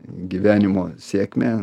gyvenimo sėkmę